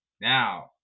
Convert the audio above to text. Now